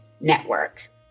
Network